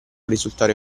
risultare